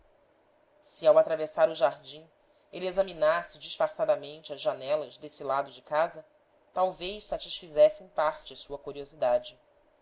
se ao atravessar o jardim ele examinasse disfarçadamente as janelas desse lado de casa talvez satisfizesse em parte sua curiosidade